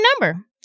number